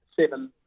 seven